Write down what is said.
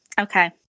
Okay